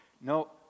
No